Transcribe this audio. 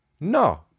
no